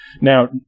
Now